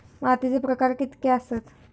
मातीचे प्रकार कितके आसत?